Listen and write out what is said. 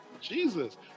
Jesus